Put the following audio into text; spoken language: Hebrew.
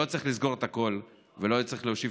לא צריך לסגור את הכול ולא צריך להושיב